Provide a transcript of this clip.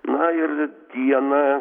na ir dieną